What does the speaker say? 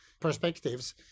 perspectives